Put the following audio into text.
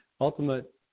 ultimate